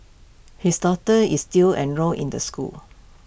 his daughter is still enrolled in the school